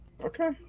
Okay